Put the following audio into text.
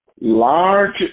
large